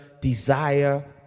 desire